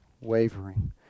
wavering